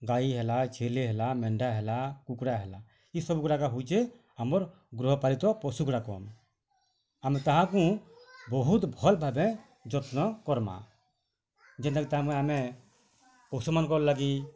ଗାଈ ହେଲା ଛେଲି ହେଲା ମେଣ୍ଢା ହେଲା କୁକୁଡ଼ା ହେଲା ଏସବୁଗୁଡ଼ାକ ହଉଛେ ଆମର୍ ଗୃହ ପାଲିତ ପଶୁଗୁଡ଼ାକ ଆମେ ତାହାକୁ ବହୁତ୍ ଭଲ୍ ଭାବେ ଯତ୍ନ କର୍ମା ଯେନ୍ତା କି ତା'ର୍ ମାନେ ଆମେ ପଶୁମାନକର୍ ଲାଗି